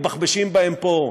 מתבחבשים בהם פה,